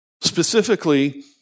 Specifically